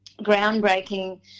groundbreaking